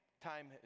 Time